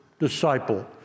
Disciple